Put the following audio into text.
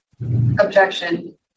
Objection